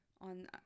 on